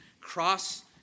cross